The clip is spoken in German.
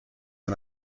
und